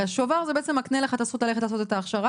הרי השובר זה בעצם מקנה לך את הזכות ללכת לעשות את ההכשרה,